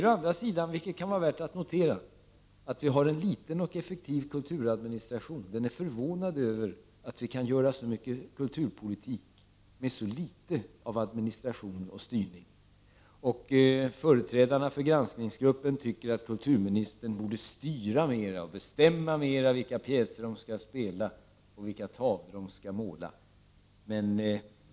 Däremot sägs — vilket kan vara värt att notera — att vi har en liten och effektiv kulturadministration. Man är förvånad över att vi kan göra så mycket på kulturpolitikens område med så liten administration och styrning. Företrädarna för granskningsgruppen tycker att kulturministern borde styra mera och t.ex. bestämma vilka pjäser som skall spelas och vilka tavlor som skall målas.